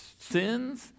sins